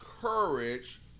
courage